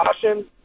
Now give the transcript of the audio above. caution